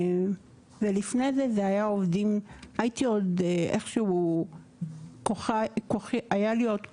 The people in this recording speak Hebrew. ולפני זה זה היה עובדים ,הייתי עוד איכשהו היה לי עוד כוח.